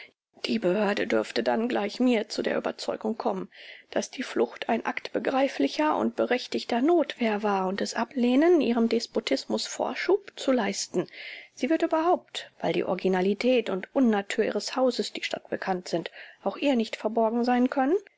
die behörde dürfte dann gleich mir zu der überzeugung kommen daß die flucht ein akt begreiflicher und berechtigter notwehr war und es ablehnen ihrem despotismus vorschub zu leisten sie wird überhaupt weil die originalität und unnatur ihres hauses die stadtbekannt sind auch ihr nicht verborgen sein können